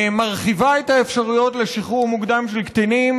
מרחיבה את האפשרויות לשחרור מוקדם של קטינים.